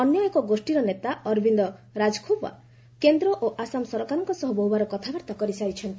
ଅନ୍ୟ ଏକ ଗୋଷୀର ନେତା ଅରବିନ୍ଦ ରାଜଖୋଓ୍ୱା କେନ୍ଦ୍ର ଓ ଆସାମ ସରକାରଙ୍କ ସହ ବହୁବାର କଥାବାର୍ତ୍ତା କରିସାରିଛନ୍ତି